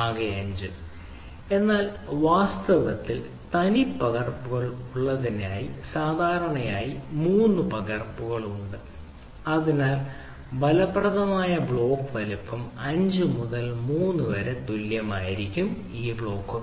ആകെ 5 എന്നാൽ വാസ്തവത്തിൽ തനിപ്പകർപ്പുകൾ ഉള്ളതിനാൽ സാധാരണയായി 3 പകർപ്പുകൾ ഉണ്ട് അതിനാൽ ഫലപ്രദമായ ബ്ലോക്ക് വലുപ്പം 5 മുതൽ 3 വരെ തുല്യമായിരിക്കും ഈ ബ്ലോക്കുകളുടെ